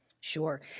Sure